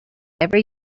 every